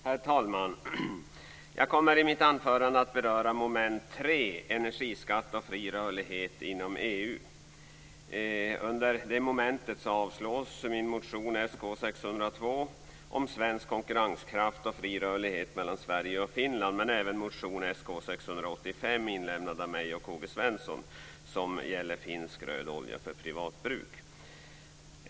Herr talman! Jag kommer i mitt anförande att beröra mom. 3, energiskatt och fri rörlighet inom EU. Under det momentet avslås min motion Sk602 om svensk konkurrenskraft och fri rörlighet mellan Sverige och Finland, men även motion Sk685 inlämnad av mig och Karl-Gösta Svenson som gäller finsk röd olja för privatbruk.